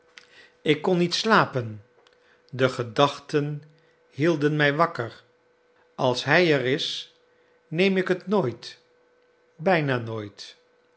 ik kon niet slapen de gedachten hielden mij wakker als hij er is neem ik het nooit bijna nooit